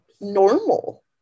normal